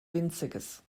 winziges